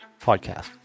Podcast